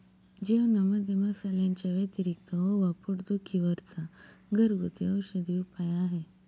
जेवणामध्ये मसाल्यांच्या व्यतिरिक्त ओवा पोट दुखी वर चा घरगुती औषधी उपाय आहे